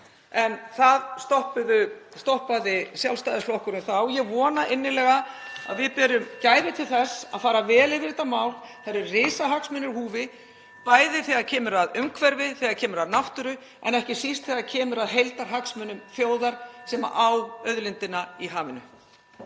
en það stoppaði Sjálfstæðisflokkurinn þá. Ég vona innilega (Forseti hringir.) að við berum gæfu til þess að fara vel yfir þetta mál. Það eru risahagsmunir í húfi, bæði þegar kemur að umhverfi, þegar kemur að náttúru en ekki síst þegar kemur að heildarhagsmunum þjóðarinnar sem á auðlindina í hafinu.